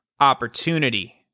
opportunity